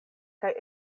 kaj